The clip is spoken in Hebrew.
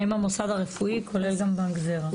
האם המוסד הרפואי כולל גם בנק זרע.